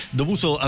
dovuto